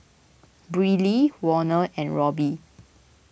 Briley Warner and Robbie